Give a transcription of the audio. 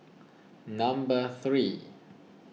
number three